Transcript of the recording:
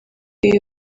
ibi